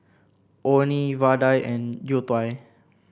Orh Nee vadai and youtiao